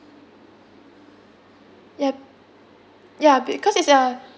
ya ya because it's a